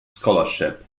scholarship